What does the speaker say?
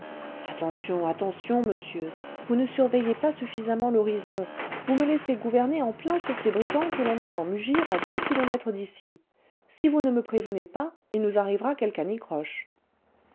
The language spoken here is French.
attention attention monsieur vous ne surveillez pas suffisamment l'horizon vous me laissez gouverner en plein sur ces brisants que l'on entend mugir à deux kilomètres d'ici si vous ne me prévenez pas il nous arrivera quelque anicroche